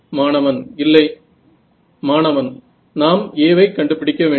மாணவன் நாம் A வை கண்டுபிடிக்க வேண்டும்